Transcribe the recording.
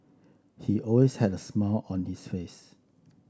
he always had a smile on his face